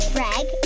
Greg